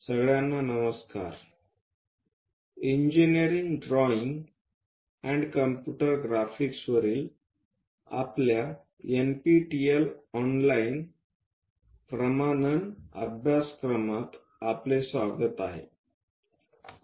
सगळ्यांना नमस्कार engineering drawing and computer graphics वरील आपल्या एनपीटीईएल ऑनलाइन प्रमाणपत्र अभ्यासक्रमात आपले स्वागत आहे